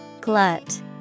Glut